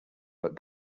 but